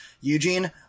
Eugene